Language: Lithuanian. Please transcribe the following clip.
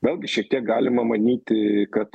vėlgi šiek tiek galima manyti kad